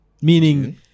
meaning